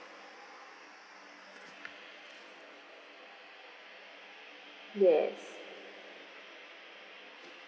yes